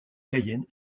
cayenne